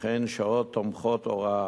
וכן שעות תומכות הוראה,